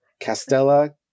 Castella